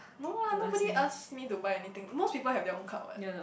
no lah nobody ask me to buy anything most people have their own card [what]